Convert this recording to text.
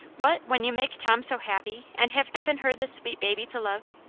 what, when you make tom so happy, and have given her this sweet baby to love?